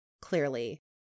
clearly